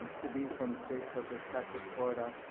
could be from states such as texas, florida,